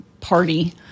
party